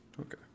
Okay